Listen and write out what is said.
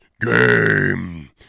game